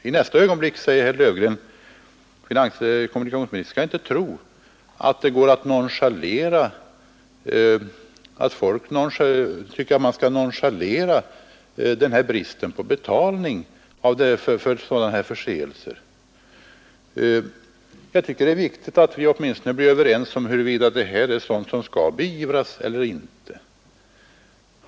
I nästa ögonblick sade herr Löfgren att folk inte får nonchalera dessa förseelser och låta bli att betala. Jag tycker det är viktigt att vi åtminstone blir överens om huruvida detta är sådant som skall beivras eller inte.